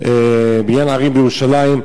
בניין ערים בירושלים,